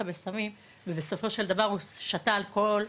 בסמים" ובסופו של דבר הוא שתה אלכוהול,